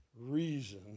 reason